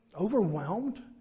overwhelmed